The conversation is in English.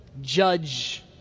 judge